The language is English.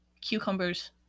cucumbers